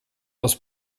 aus